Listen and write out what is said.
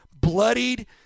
bloodied